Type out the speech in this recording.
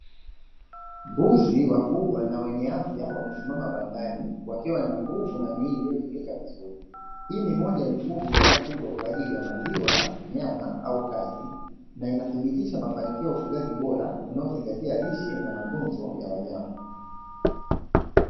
Mbuzi wakubwa na wenye afya wamesimama bandani wakiwa na nguvu na miili iliyojengeka vizuri, hii ni moja ya mifugo inayofugwa kwa ajili ya maziwa nyama au kazi na inathibitisha mafanikio ya ufugaji bora unaozingatia lishe na matunzo ya wanyama.